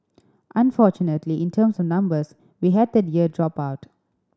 unfortunately in terms of numbers we had that year drop out